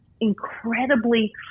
incredibly